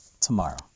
tomorrow